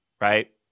right